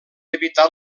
evitat